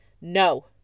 No